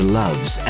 loves